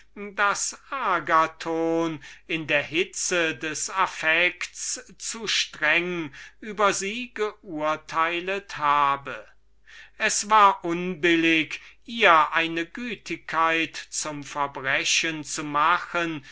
agathon in der hitze des affekts zu strenge über sie geurteilt habe es war unbillig ihr eine gütigkeit zum verbrechen zu machen